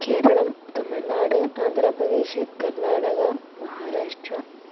Kerala Tamil Nadu Andhra Pradesh Karnataka Maharashtra